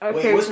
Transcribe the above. Okay